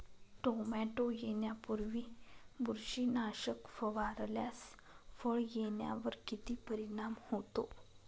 Tomato येण्यापूर्वी बुरशीनाशक फवारल्यास फळ येण्यावर किती परिणाम होतो?